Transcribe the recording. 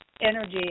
energy